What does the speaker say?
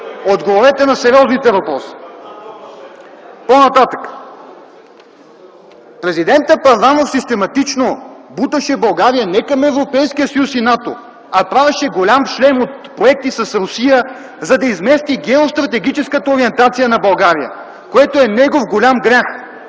Отговорете на сериозните въпроси! По-нататък. Президентът Първанов систематично буташе България не към Европейския съюз и НАТО, а правеше голям шлем от проекти с Русия, за да измести геостратегическата ориентация на България, което е негов голям грях.